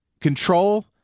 control –